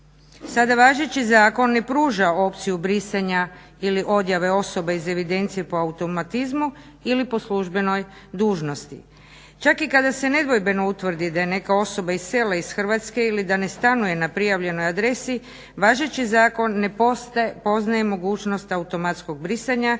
Sada važeći zakon ne pruža opciju brisanja ili odjave osobe iz evidencije po automatizmu ili po službenoj dužnosti. Čak i kada se nedvojbeno utvrdi da je neka osoba iselila iz Hrvatske ili da ne stanuje na prijavljenoj adresi važeći zakon ne poznaje mogućnost automatskog brisanja